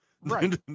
right